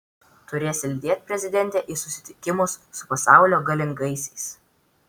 turėsi lydėt prezidentę į susitikimus su pasaulio galingaisiais